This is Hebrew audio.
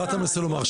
מה אתה מנסה לומר,